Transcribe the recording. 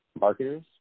marketers